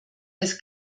als